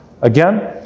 again